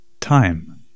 Time